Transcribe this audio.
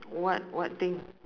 what what thing